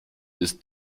ist